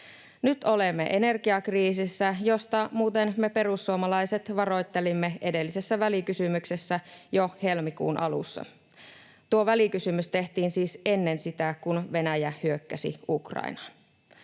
Nyt olemme energiakriisissä, josta muuten me perussuomalaiset varoittelimme edellisessä välikysymyksessä jo helmikuun alussa. Tuo välikysymys tehtiin siis ennen kuin Venäjä hyökkäsi Ukrainaan.